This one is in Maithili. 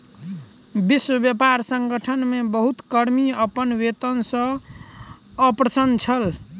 विश्व व्यापार संगठन मे बहुत कर्मी अपन वेतन सॅ अप्रसन्न छल